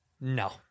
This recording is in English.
No